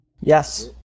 Yes